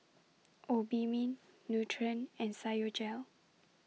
Obimin Nutren and Physiogel